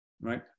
right